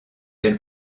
elle